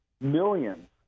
millions